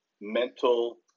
mental